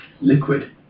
Liquid